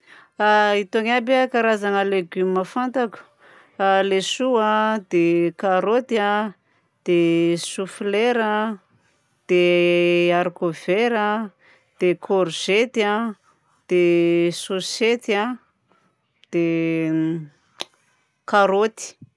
Itony aby karazagna legioma fantako: laisoa, dia karaoty a, dia soflera, dia haricot vert a, dia korzety a, dia sôsety a, dia karaoty.